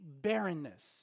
barrenness